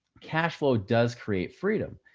cash flow does create freedom.